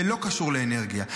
זה לא קשור לאנרגיה.